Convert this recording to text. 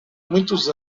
muitos